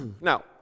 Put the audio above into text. Now